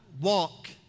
Walk